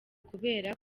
kubera